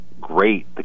great